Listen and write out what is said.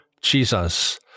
Jesus